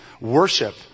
worship